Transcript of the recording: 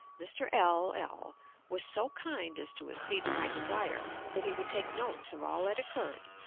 mr. l l was so kind as to accede to my desire that he would take notes of all that occurred,